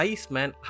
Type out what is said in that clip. Iceman